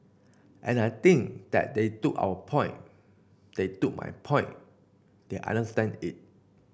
and I think that they took our point they took my point they understand it